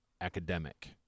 academic